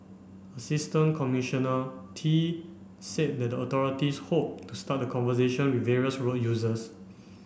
Assistant Commissioner Tee said that the authorities hoped to start the conversation with various road users